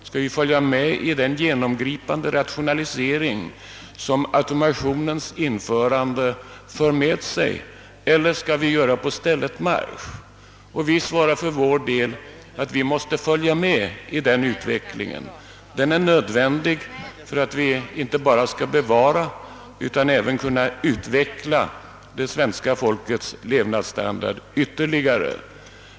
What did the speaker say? Skall vi följa med i den genomgripande rationalisering som automationens införande för med sig eller skall vi göra på stället marsch? Vi svarar för vår del att vi måste fölia med i den utvecklingen. Den är nödvändig för att vi inte bara skall bevara utan även kunna utveckla det svenska folkets levnadsstandard ytterligare.